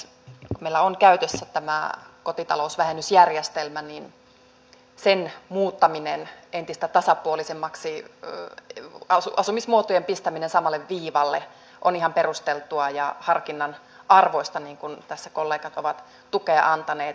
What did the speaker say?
kun meillä on käytössä tämä kotitalousvähennysjärjestelmä niin sen muuttaminen entistä tasapuolisemmaksi asumismuotojen pistäminen samalle viivalle on ihan perusteltua ja harkinnan arvoista niin kuin tässä kollegat ovat tukea antaneet